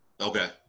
Okay